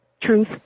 Truth